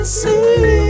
see